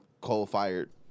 coal-fired